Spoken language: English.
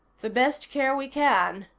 the best care we can,